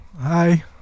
Hi